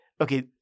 Okay